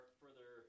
further